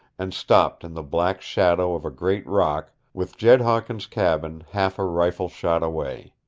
and stopped in the black shadow of a great rock, with jed hawkins' cabin half a rifle-shot away.